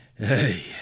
Hey